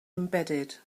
embedded